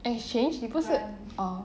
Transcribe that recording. exchange 你不是 oh